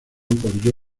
por